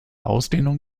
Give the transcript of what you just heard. ausdehnung